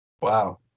wow